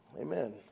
Amen